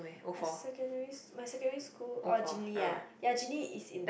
my secondary my secondary school oh Gindly ah Gindly is in